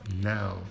now